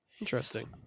Interesting